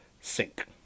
sink